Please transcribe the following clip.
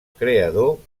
creador